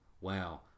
Wow